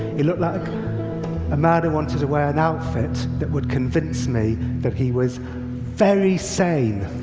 he looked like a man who wanted to wear an outfit that would convince me that he was very sane.